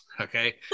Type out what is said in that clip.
okay